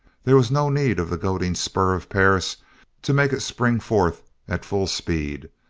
there was no need of the goading spur of perris to make it spring forth at full speed,